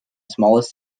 smallest